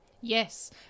Yes